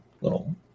little